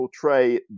portray